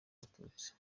abatutsi